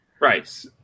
right